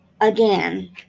again